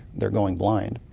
they're going blind.